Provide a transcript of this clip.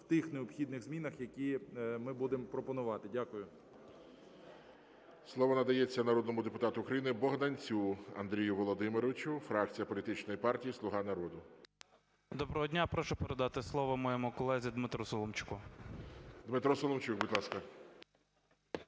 в тих необхідних змінах, які ми будемо пропонувати. Дякую. ГОЛОВУЮЧИЙ. Слово надається народному депутату України Богданцю Андрію Володимировичу, фракція політичної партії "Слуга народу". 11:28:32 БОГДАНЕЦЬ А.В. Доброго дня. Прошу передати слово моєму колезі Дмитру Соломчуку. ГОЛОВУЮЧИЙ. Дмитро Соломчук, будь ласка.